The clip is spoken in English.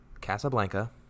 Casablanca